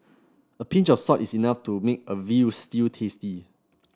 a pinch of salt is enough to make a veal stew tasty